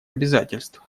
обязательств